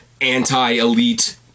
anti-elite